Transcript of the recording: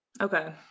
Okay